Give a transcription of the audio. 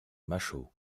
machault